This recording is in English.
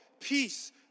peace